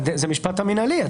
זה המשפט המינהלי.